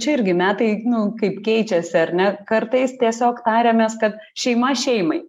čia irgi metai nu kaip keičiasi ar ne kartais tiesiog tariamės kad šeima šeimai